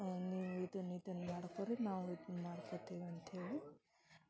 ನೀವು ಇದನ್ನ ಇದನ್ನ ಮಾಡ್ಕೊ ರೀ ನಾವು ಇದನ್ನ ಮಾಡ್ಕೊಂತೀವಿ ಅಂತೇಳಿ